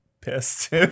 pissed